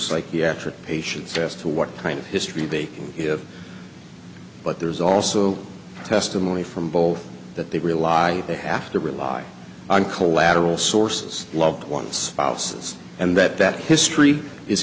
psychiatric patients as to what kind of history they have but there's also testimony from both that they rely they have to rely on collateral sources loved ones spouses and that that history is